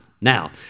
Now